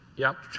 yep.